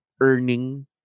earning